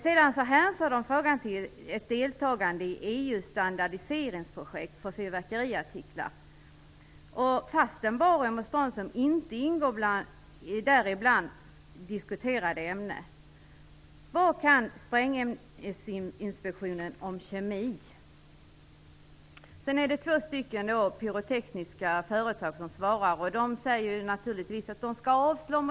Sedan hänvisar de till ett deltagande i EU:s standardiseringsprojekt för fyrverkeriartiklar trots att barium och strontium inte ingår bland de där diskuterade ämnena. Vad kan Sprängämnesinspektionen om kemi? Sedan är det två pyrotekniska företag som svarar. De säger naturligtvis att motionen skall avslås.